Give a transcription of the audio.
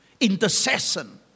intercession